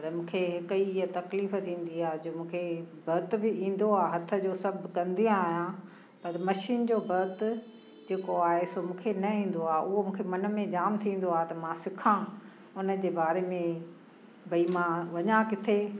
पर मूंखे हिकु इअ तकलीफ़ु थींदी आहे जो मूंखे भर्थु बि ईंदो आहे हथ जो सभु कंदी आहियां पर मशीन जो भर्थु जेको आहे सो मूंखे न ईंदो आहे उहो मूंखे मन में जामु थींदो आहे त मां सिखां उनजे बारे में भई मां वञां किथे